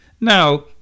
Now